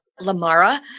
Lamara